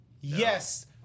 Yes